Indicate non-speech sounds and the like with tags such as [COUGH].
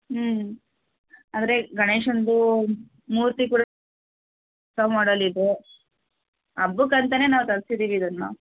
ಹ್ಞೂ ಆದರೆ ಗಣೇಶನದು ಮೂರ್ತಿ ಕೂಡ [UNINTELLIGIBLE] ಹೊಸ ಮೊಡೆಲ್ ಇದೆ ಹಬ್ಬಕ್ಕಂತಲೇ ನಾವು ತರಿಸಿದ್ದೀವಿ ಇದನ್ನು